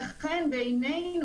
לכן בעינינו,